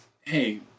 hey